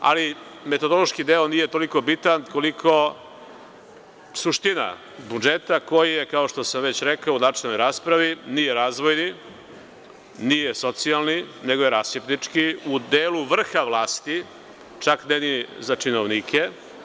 Ali, metodološki deo nije toliko bitan koliko suština budžeta, koji je, kao što sam već rekao u načelnoj raspravi, nije razvojni, nije socijalni, nego je rasipnički, u delu vrha vlasti, čak ne ni za činovnike.